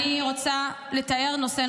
אני דמוקרט, את לא.